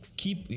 keep